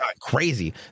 Crazy